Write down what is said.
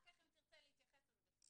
אחר כך אם תרצה להתייחס אז בשמחה.